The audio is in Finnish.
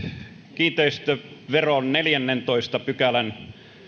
kiinteistöveron neljännentoista pykälän